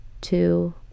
Two